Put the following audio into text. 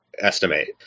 Estimate